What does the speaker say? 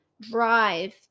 drive